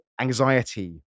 anxiety